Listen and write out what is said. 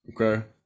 okay